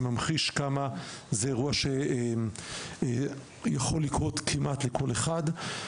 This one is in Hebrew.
זה ממחיש כמה זה אירוע יכול לקרות כמעט לכל אחד.